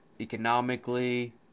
economically